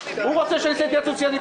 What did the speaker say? תהיה התייעצות סיעתית.